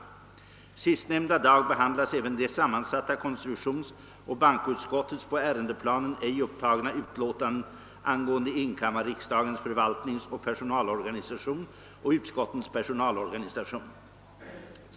Sistnämnda dag behandlas även det sammansatta konstitutionsoch bankoutskottets på ärendeplanen ej upptagna utlåtande angående enkammarriksdagens förvaltningsoch personalorganisation och utskottens personalorganisation.